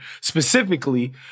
specifically